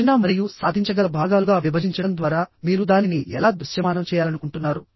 చిన్న మరియు సాధించగల భాగాలుగా విభజించడం ద్వారా మీరు దానిని ఎలా దృశ్యమానం చేయాలనుకుంటున్నారు